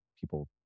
people